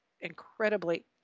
incredibly